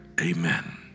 amen